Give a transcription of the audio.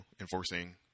enforcing